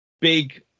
big